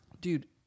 Dude